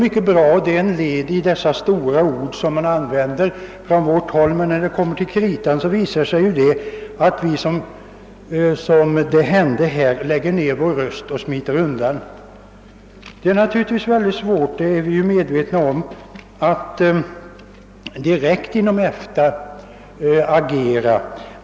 Ja, dessa stora ord som vi använder låter ju mycket bra. Men när det kommer till kritan visar det sig att vi — som hände i detta fall lägger ned vår röst och smiter undan. Det är naturligtvis mycket svårt — det är jag medveten om — att agera mot Portugal inom EFTA.